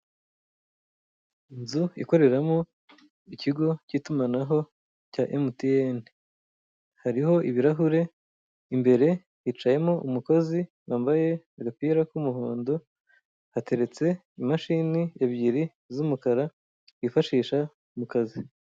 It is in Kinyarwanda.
Inzu ikoreramo ikigo cy'itumanaho cya MTN, hariho ibirahure imbere hicayemo umukozi wambaye agapira k'umuhondo hateretse imashini ebyiri z'umukara bifashisha mukazi.